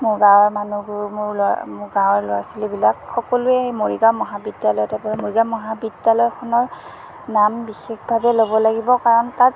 মোৰ গাঁৱৰ মানুহবোৰ মোৰ ল'ৰা মো গাঁৱৰ ল'ৰা ছোৱালীবিলাক সকলোৱে মৰিগাঁও মহাবিদ্যালয়তে পঢ়ে মৰিগাঁও মহাবিদ্যালয়খনৰ নাম বিশেষভাৱে ল'ব লাগিব কাৰণ তাত